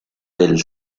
del